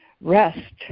Rest